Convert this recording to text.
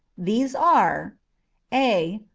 these are a.